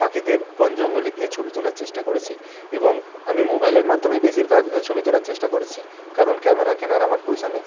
পাখিদের বন জঙ্গলে গিয়ে ছবি তোলার চেষ্টা করেছি এবং আমি মোবাইলের মাধ্যমে বেশিরভাগ ছবি তোলার চেষ্টা করেছি কারণ ক্যামেরা কেনার আমার পয়সা নেই